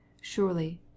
Surely